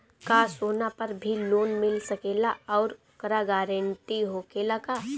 का सोना पर भी लोन मिल सकेला आउरी ओकर गारेंटी होखेला का?